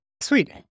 Sweet